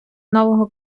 нового